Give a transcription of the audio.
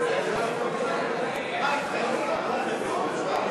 לשנת התקציב 2016, כהצעת הוועדה, נתקבל.